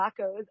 Tacos